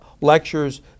lectures